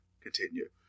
Continue